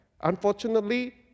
Unfortunately